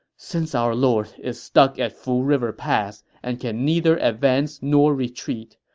since our lord is stuck at fu river pass and can neither advance nor retreat,